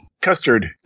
custard